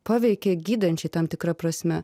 paveikė gydančiai tam tikra prasme